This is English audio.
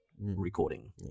recording